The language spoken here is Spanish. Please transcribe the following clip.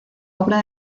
obra